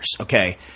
okay